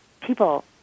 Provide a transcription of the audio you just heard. people